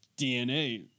DNA